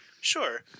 Sure